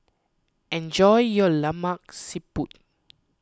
enjoy your Lemak Siput